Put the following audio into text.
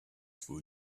for